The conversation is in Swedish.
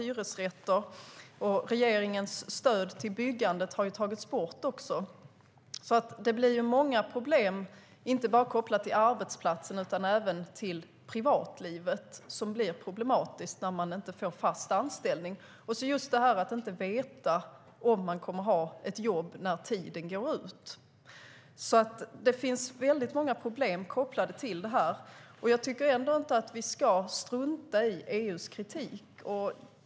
Dessutom har regeringens stöd till byggande tagits bort. Det blir många problem som inte enbart är kopplade till arbetsplatsen utan även till privatlivet, som blir problematiskt när man inte får fast anställning. Att inte veta om man kommer att ha ett jobb när anställningstiden går ut är problematiskt. Det finns alltså många problem kopplade till det, och jag tycker inte att vi ska strunta i EU-kommissionens kritik.